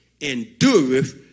endureth